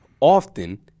often